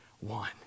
one